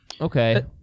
Okay